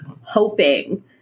hoping